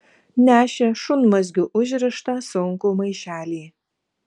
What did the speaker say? nešė šunmazgiu užrištą sunkų maišelį